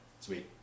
Sweet